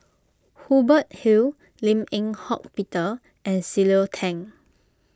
Hubert Hill Lim Eng Hock Peter and Cleo Thang